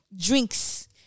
drinks